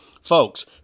Folks